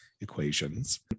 equations